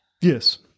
Yes